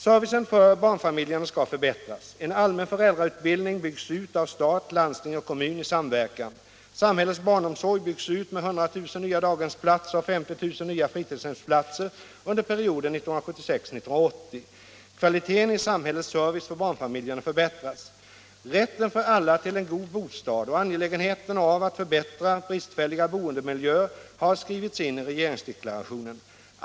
Servicen för barnfamiljerna skall förbättras. En allmän föräldrautbildning byggs ut av stat, landsting och kommun i samverkan. Samhällets barnomsorg byggs ut med 100 000 nya daghemsplatser och 50 000 nya fritidshemsplatser under perioden 1976-1980. Kvaliteten i samhällets service för barnfamiljerna förbättras. Rätten för alla till en god bostad och angelägenheten av att förbättra bristfälliga boendemiljöer har skrivits in i regeringsdeklarationen.